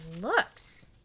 looks